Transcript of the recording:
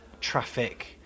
traffic